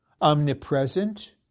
omnipresent